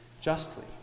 justly